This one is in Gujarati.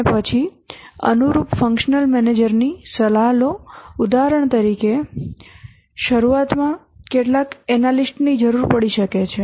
અને પછી અનુરૂપ ફંક્શનલ મેનેજરની સલાહ લો ઉદાહરણ તરીકે શરૂઆતમાં કેટલાક એનાલિસ્ટ ની જરૂર પડી શકે છે